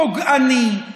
פוגעני,